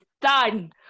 done